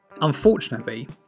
Unfortunately